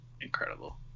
incredible